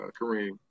Kareem